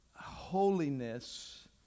holiness